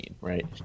right